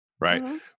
Right